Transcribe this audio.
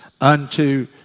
unto